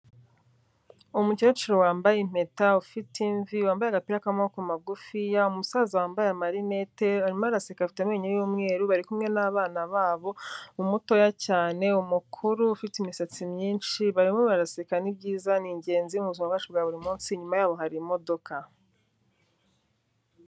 Umukecuru wambaye impeta ufite imvi wambaye agapira k'amaboko magufiya, umusaza wambaye amarinete, arimo araseka afite amenyo y'umweru, bari kumwe n'abana babo, umutoya cyane, umukuru ufite imisatsi myinshi, barimo baraseka ni byiza, ni ingenzi mu buzima bwacu bwa buri munsi, inyuma yabo hari imodoka.